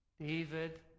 David